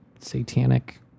satanic